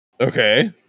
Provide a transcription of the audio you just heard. Okay